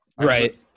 Right